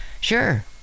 Sure